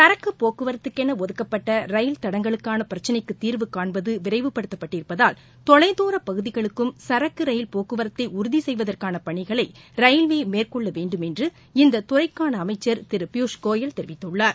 சரக்கு போக்குவரத்துக்கென ஒதுக்கப்பட்ட ரயில் தடங்களுக்கான பிரச்சிளைக்கு தீர்வு கான்பது விரைவுபடுத்தப்பட்டிருப்பதால் தொலைதூர பகுதிகளுக்கும் சரக்கு ரயில் போக்குவரத்தை உறுதி செய்வதற்கான பணிகளை ரயில்வே மேற்கொள்ள வேண்டுமென்று இந்த துறைக்கான அமை்சர் திரு பியூஷ் கோயல் தெரிவித்துள்ளார்